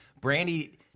Brandy